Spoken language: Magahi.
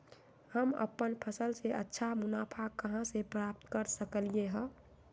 हम अपन फसल से अच्छा मुनाफा कहाँ से प्राप्त कर सकलियै ह?